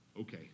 Okay